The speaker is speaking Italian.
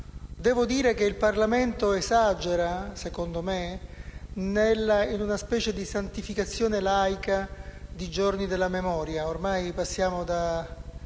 Devo dire che il Parlamento esagera, secondo me, in una specie di santificazione laica dei giorni della memoria; ormai passiamo dal